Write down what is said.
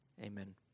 Amen